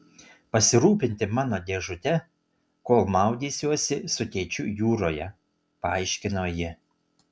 pasirūpinti mano dėžute kol maudysiuosi su tėčiu jūroje paaiškino ji